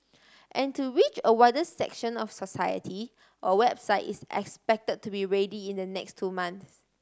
and to reach a wider section of society a website is expected to be ready in the next two months